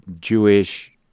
Jewish